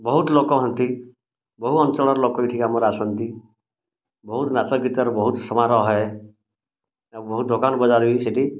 ବହୁତ ଲୋକ ହୁଅନ୍ତି ବହୁ ଅଞ୍ଚଳର ଲୋକ ଏଠିକି ଆମର ଆସନ୍ତି ବହୁତ ନାଚକୀର୍ତ୍ତନ ବହୁତ ସମାରୋହ ହୁଏ ବହୁତ ଦୋକାନ ବଜାର ବି ସେଠି